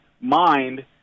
mind –